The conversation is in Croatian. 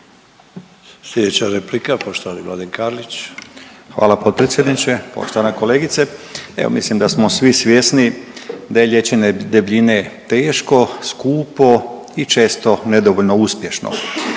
Mladen Karlić. **Karlić, Mladen (HDZ)** Hvala potpredsjedniče. Poštovana kolegice, evo mislim da smo svi svjesni da je liječenje debljine teško, skupo i često nedovoljno uspješno.